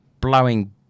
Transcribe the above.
blowing